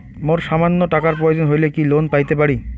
মোর সামান্য টাকার প্রয়োজন হইলে কি লোন পাইতে পারি?